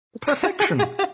Perfection